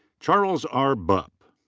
charles r. bupp.